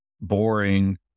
boring